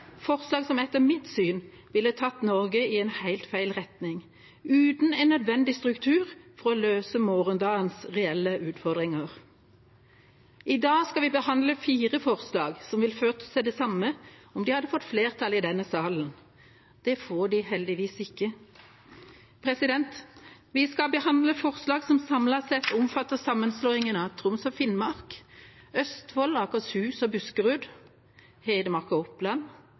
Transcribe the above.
forslag som etter mitt syn ville tatt Norge i en helt feil retning, uten en nødvendig struktur for å løse morgendagens reelle utfordringer. I dag skal vi behandle fire forslag som ville ført til det samme om de hadde fått flertall i denne salen. Det får de heldigvis ikke. Vi skal behandle forslag som samlet sett omfatter sammenslåingene av Troms og Finnmark; Østfold, Akershus og Buskerud; Hedmark og Oppland;